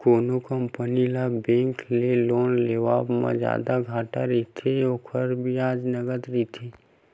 कोनो कंपनी ल बेंक ले लोन लेवब म जादा घाटा रहिथे, ओखर बियाज नँगत रहिथे